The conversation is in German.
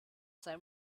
seinem